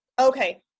Okay